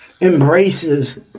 embraces